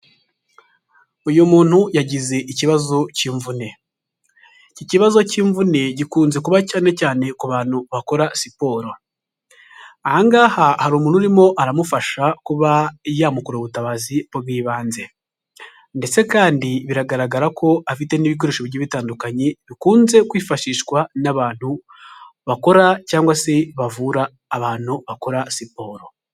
Uyu muntu yagize ikibazo cy'imvune. Iki kibazo cy'imvune gikunze kuba cyane cyane ku bantu bakora siporo. Aha ngaha hari umuntu urimo aramufasha kuba yamukorera ubutabazi bw'ibanze. Ndetse kandi biragaragara ko afite n'ibikoresho bigiye bitandukanye bikunze kwifashishwa n'abantu bakora cyangwa se bavura abantu bakora siporo.